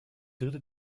dritte